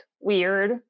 weird